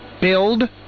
Build